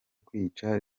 kwica